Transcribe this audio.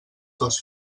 dos